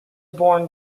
born